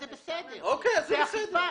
זה בסדר, זה אכיפה.